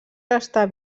restar